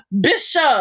Bishop